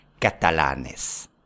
catalanes